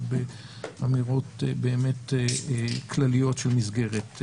ובאמירות באמת כלליות של מסגרת.